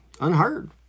unheard